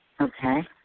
Okay